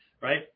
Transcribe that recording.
Right